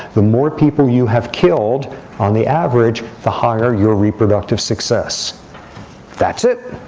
the more people you have killed on the average, the higher your reproductive success that's it.